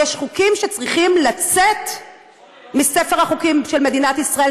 יש חוקים שצריכים לצאת מספר החוקים של מדינת ישראל,